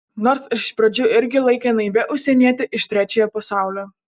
nors iš pradžių irgi laikė naivia užsieniete iš trečiojo pasaulio